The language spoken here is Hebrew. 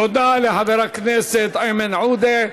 תודה לחבר הכנסת איימן עודה.